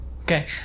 Okay